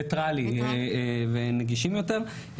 ניטרלי, ונגישים יותר.